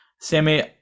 Sammy